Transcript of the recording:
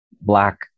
black